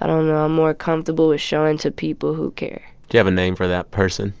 i don't know i'm more comfortable with showing to people who care do you have a name for that person